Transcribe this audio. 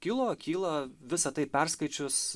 kilo kyla visa tai perskaičius